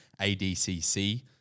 ADCC